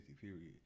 period